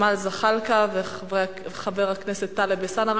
ג'מאל זחאלקה וטלב אלסאנע.